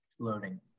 Loading